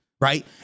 Right